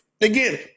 again